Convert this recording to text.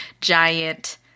giant